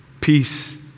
peace